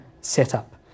setup